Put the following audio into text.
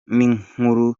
n’inkuru